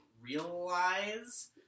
realize